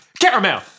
caramel